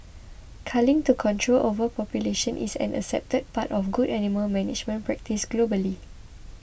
culling to control overpopulation is an accepted part of good animal management practice globally